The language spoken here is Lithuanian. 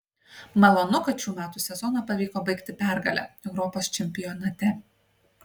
malonu kad šių metų sezoną pavyko baigti pergale europos čempionate